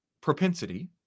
propensity